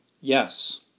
Yes